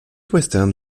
western